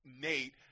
Nate